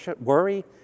worry